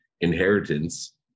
inheritance